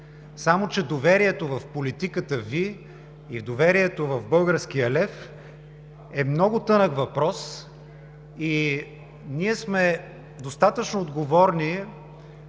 Само че доверието в политиката Ви и доверието в българския лев е много тънък въпрос. Ние сме достатъчно отговорни